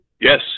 Yes